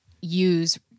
use